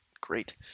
great